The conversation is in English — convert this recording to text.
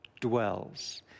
dwells